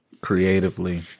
creatively